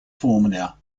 formula